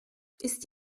ist